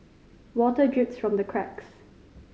water drips from the cracks